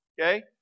Okay